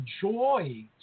joy